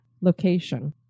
location